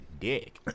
dick